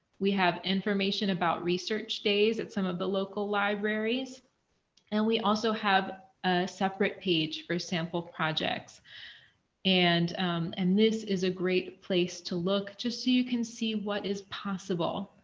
we have information about research days at some of the local libraries and we also have a separate page for sample projects and and this is a great place to look to see, you can see what is possible.